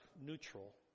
neutral